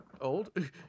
old